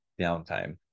downtime